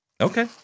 Okay